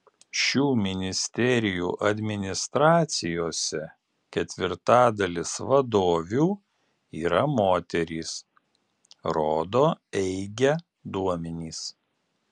šių ministerijų administracijose ketvirtadalis vadovių yra moterys rodo eige duomenys